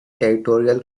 territorial